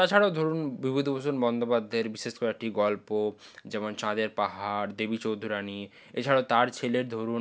তাছাড়াও ধরুন বিভূতিভূষণ বন্দ্যোপাধ্যায়ের বিশেষ কয়েকটি গল্প যেমন চাঁদের পাহাড় দেবী চৌধুরানী এছাড়াও তার ছেলের ধরুন